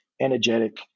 energetic